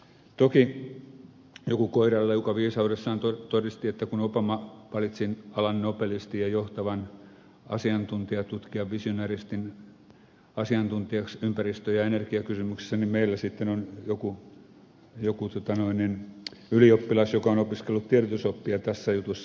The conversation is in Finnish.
toki joku koiranleuka viisaudessaan todisti että kun obama valitsi alan nobelistien johtavan asiantuntijatutkijan visionäristin asiantuntijaksi ympäristö ja energiakysymyksessä niin meillä sitten on joku ylioppilas joka on opiskellut tiedotusoppia tässä jutussa